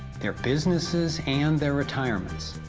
their businesses and their retirements.